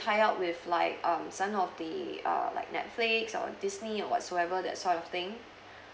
tie up with like um some of the uh like Netflix or Disney or whatsoever that sort of thing